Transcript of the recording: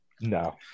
No